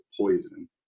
poison